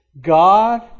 God